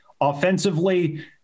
offensively